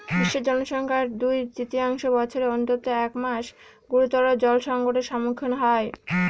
বিশ্বের জনসংখ্যার দুই তৃতীয়াংশ বছরের অন্তত এক মাস গুরুতর জলসংকটের সম্মুখীন হয়